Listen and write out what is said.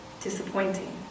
disappointing